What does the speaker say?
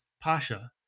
Pasha